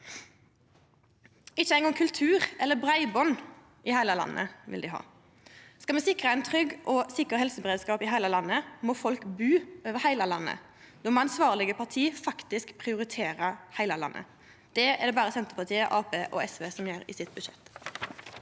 Ikkje eingong kultur eller breiband i heile landet vil dei ha. Skal me sikra ein trygg og sikker helseberedskap i heile landet, må folk bu over/i heile landet. Då må ansvarlege parti faktisk prioritera heile landet. Det er det berre Senterpartiet, Arbeidarpartiet og SV som gjer i sitt budsjett.